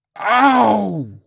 Ow